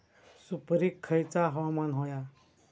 सुपरिक खयचा हवामान होया?